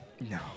No